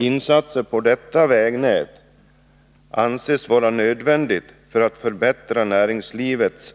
Insatser på detta vägnät anses vara nödvändiga för att förbättra näringslivets